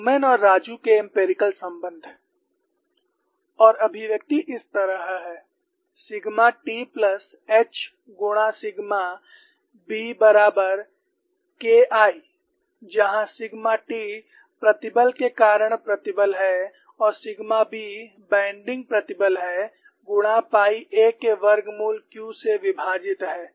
Newman और राजू के empirical संबंध और अभिव्यक्ति इस तरह है सिगमा t प्लस H गुणा सिग्मा b बराबर KI जहां सिगमा t प्रतिबल के कारण प्रतिबल है और सिग्मा b बैंडिंग प्रतिबल है गुणा पाई a के वर्गमूल Q से विभाजित है